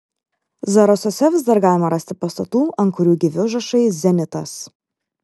zarasuose vis dar galima rasti pastatų ant kurių gyvi užrašai zenitas